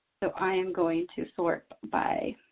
so i am going to sort by